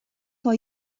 for